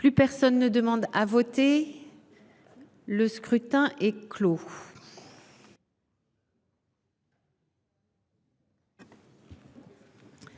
Plus personne ne demande à voter. Le scrutin est clos.